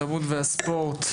התרבות והספורט,